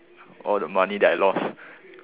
all the money that I lost